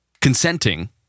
consenting